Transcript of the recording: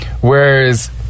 whereas